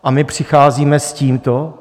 A my přicházíme s tímto?